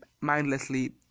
mindlessly